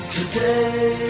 today